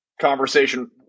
conversation –